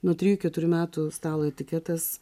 nuo trijų keturių metų stalo etiketas